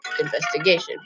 investigation